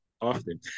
often